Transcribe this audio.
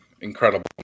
incredible